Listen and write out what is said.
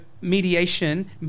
mediation